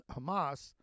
Hamas